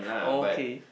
okay